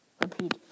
Repeat